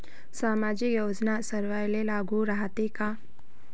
सामाजिक योजना सर्वाईले लागू रायते काय?